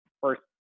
first